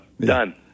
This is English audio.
done